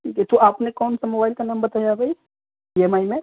یہ تو آپ نے کون سا موبائل کا نام بتایا ہے بھائی ای ایم آئی میں